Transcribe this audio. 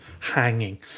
hanging